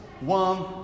One